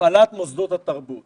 הפעלת מוסדות התרבות